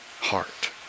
heart